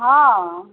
हँ